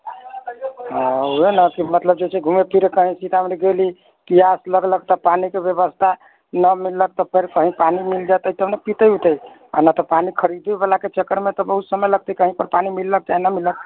हाँ उएह ने कि मतलब जे छै घुमैत फिरैत कहीँ सीतामढ़ी गेली प्यास लगलक तऽ पानीके व्यवस्था ने मिलत तऽ फेर कहीँ पानी मिल जायत तऽ पितै उतै आ ने तऽ पानी खरीदैवलाके चक्करमे तऽ बहुत समय लगतै कहीँपर पानी मिललक चाहे नहि मिललक